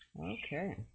Okay